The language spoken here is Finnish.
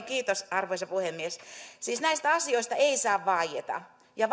kiitos arvoisa puhemies siis näistä asioista ei saa vaieta ja